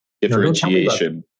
Differentiation